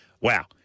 wow